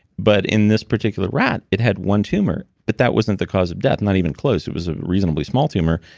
but in this particular rat, it had one tumor, but that wasn't the cause of death, not even close. it was a reasonably small tumor.